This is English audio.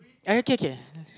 uh okay okay